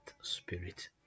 spirit